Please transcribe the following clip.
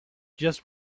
just